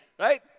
right